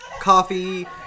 coffee